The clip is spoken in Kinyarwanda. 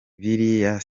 biriya